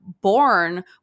born